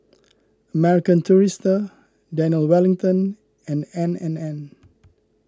American Tourister Daniel Wellington and N and N